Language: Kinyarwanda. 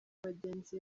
bagenzi